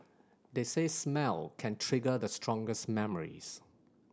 they say smell can trigger the strongest memories